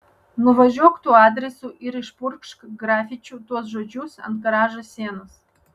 nuvažiuok tuo adresu ir išpurkšk grafičiu tuos žodžius ant garažo sienos